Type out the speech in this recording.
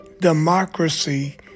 democracy